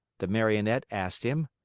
the marionette asked him.